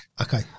Okay